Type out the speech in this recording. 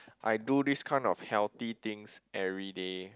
I do these kind of healthy things everyday